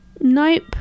Nope